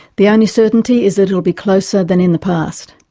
the only certainty is that it will be closer than in the past.